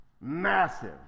massive